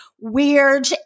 weird